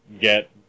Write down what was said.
get